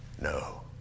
No